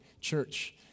church